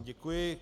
Děkuji.